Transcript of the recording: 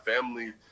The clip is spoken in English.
family